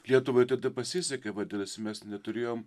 lietuvai tada pasisekė vadinasi mes neturėjome